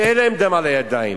אין להם דם על הידיים.